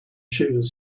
shoes